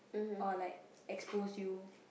or like expose you